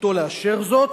בסמכותו לאשר זאת,